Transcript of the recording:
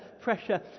pressure